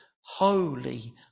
holy